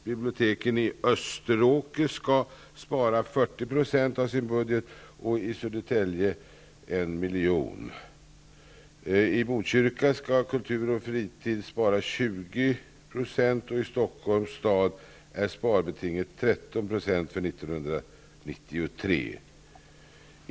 Biblioteken i Österåker skall spara 40 % av sin budget och i Södertälje 1 I Botkyrka skall kultur och fritid spara 20 %, och i Stockholms stad är sparbetinget 13 % för 1993.